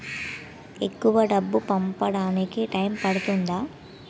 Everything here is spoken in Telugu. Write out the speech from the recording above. ఎక్కువ డబ్బు పంపడానికి టైం పడుతుందా?